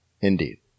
Indeed